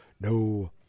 No